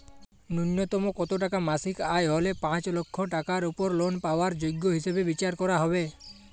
ন্যুনতম কত টাকা মাসিক আয় হলে পাঁচ লক্ষ টাকার উপর লোন পাওয়ার যোগ্য হিসেবে বিচার করা হবে?